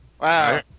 Wow